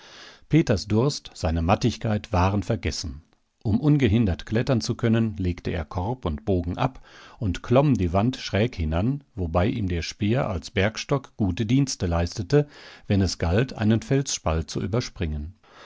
peters durst seine mattigkeit waren vergessen um ungehindert klettern zu können legte er korb und bogen ab und klomm die wand schräg hinan wobei ihm der speer als bergstock gute dienste leistete wenn es galt einen felsspalt zu überspringen